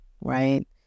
right